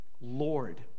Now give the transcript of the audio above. Lord